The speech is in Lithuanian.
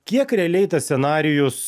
kiek realiai tas scenarijus